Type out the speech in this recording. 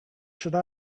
should